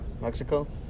Mexico